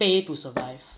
pay to survive